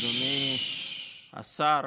אדוני השר,